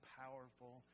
powerful